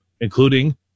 including